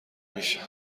میشم